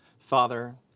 father,